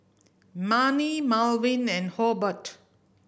Manie Malvin and Hobert